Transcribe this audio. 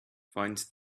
find